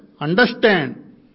Understand